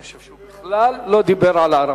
אבל אני חושב שהוא בכלל לא דיבר על הערבים.